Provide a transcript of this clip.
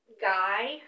guy